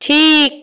ঠিক